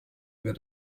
where